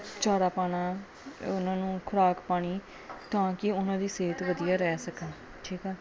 ਚਾਰਾ ਪਾਉਣਾ ਉਹਨਾਂ ਨੂੰ ਖੁਰਾਕ ਪਾਉਣੀ ਤਾਂ ਕਿ ਉਹਨਾਂ ਦੀ ਸਿਹਤ ਵਧੀਆ ਰਹਿ ਸਕੇ ਠੀਕ ਆ